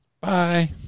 Bye